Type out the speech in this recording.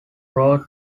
wrote